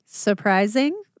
Surprising